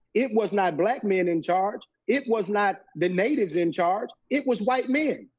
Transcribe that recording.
it was not black men in charge. it was not the natives in charge. it was white men.